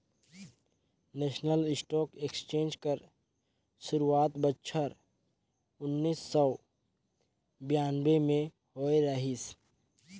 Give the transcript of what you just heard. national stock exchange कर सुरवात बछर उन्नीस सव बियानबें में होए रहिस